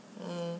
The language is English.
mm